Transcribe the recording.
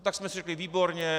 A tak jsme si řekli výborně.